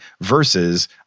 versus